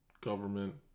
government